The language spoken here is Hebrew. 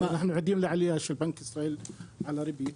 אנחנו עדים להעלאה של בנק ישראל של הריבית,